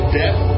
death